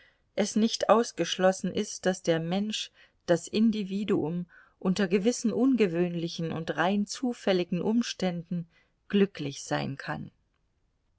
es nicht ausgeschlossen ist daß der mensch das individuum unter gewissen ungewöhnlichen und rein zufälligen umständen glücklich sein kann